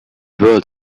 world